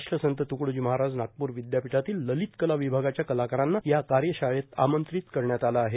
राष्ट्रसंत तुकडोजी महाराज नागपूर विद्यापीठातील ललितकला विभागाच्या कलाकारांना या कार्यशाळेत आमंत्रित करण्यात आलं आहे